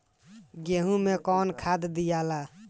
गेहूं मे कौन खाद दियाला?